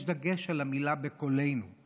יש דגש על המילה "בקולנו";